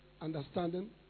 understanding